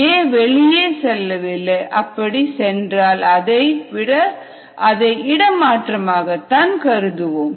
A வெளியே செல்லவில்லை அப்படி சென்றால் அதைவிட மாற்றமாக கருதுவோம்